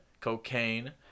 cocaine